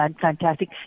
fantastic